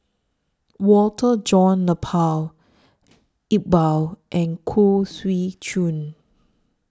Walter John Napier Iqbal and Khoo Swee Chiow